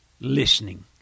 listening